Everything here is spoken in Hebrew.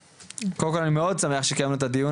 קודם כל אני מאוד שמח שקיימנו את הדיון